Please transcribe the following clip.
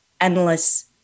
endless